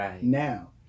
now